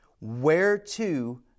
Whereto